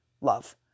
love